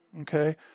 Okay